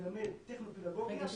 ללמד טכנו פדגוגיה --- רגע,